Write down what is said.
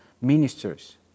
ministers